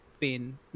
Pain